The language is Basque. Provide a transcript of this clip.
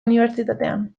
unibertsitatean